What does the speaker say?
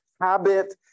habit